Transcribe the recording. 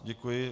Děkuji.